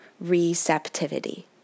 receptivity